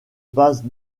passe